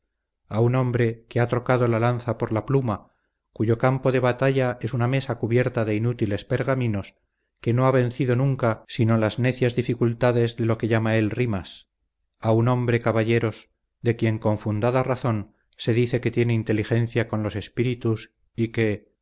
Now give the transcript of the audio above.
a un hombre que ha trocado la lanza por la pluma cuyo campo de batalla es una mesa cubierta de inútiles pergaminos que no ha vencido nunca sino las necias dificultades de lo que llama él rimas a un hombre caballeros de quien con fundada razón se dice que tiene inteligencia con los espíritus y que